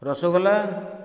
rasgulla